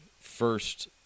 first